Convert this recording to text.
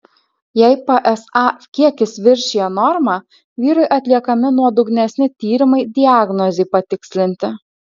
jei psa kiekis viršija normą vyrui atliekami nuodugnesni tyrimai diagnozei patikslinti